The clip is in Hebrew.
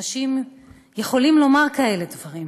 שאנשים יכולים לומר כאלה דברים.